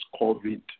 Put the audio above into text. COVID